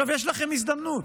יש לכם הזדמנות,